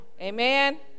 Amen